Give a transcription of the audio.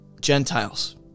Gentiles